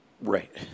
Right